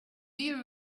you